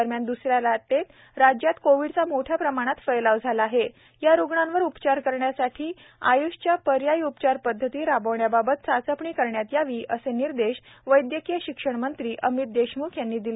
दरम्यान द्सऱ्या लाटेत राज्यात कोविडचा मोठ्या प्रमाणात फैलाव झाला आहे या रुग्णांवर उपचार करण्यासाठी आय्षच्या पर्यायी उपचारपद्वती राबविण्याबाबत चाचपणी करण्यात यावी असे निर्देश वैद्यकीय शिक्षण मंत्री अमित देशम्ख यांनी दिले